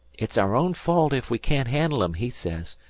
it's our own fault ef we can't handle em, he says.